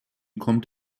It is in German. kommt